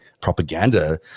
propaganda